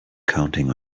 counting